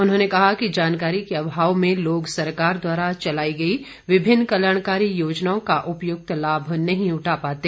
उन्होंने कहा कि जानकारी के अभाव में लोग सरकार द्वारा चलाई गई विभिन्न कल्याणकारी योजनाओं का उपयुक्त लाभ नहीं उठा पाते